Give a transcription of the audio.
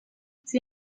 sie